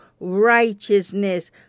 righteousness